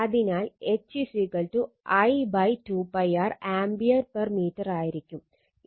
അതിനാൽ H I 2 π r ampere per metre ആയിരിക്കും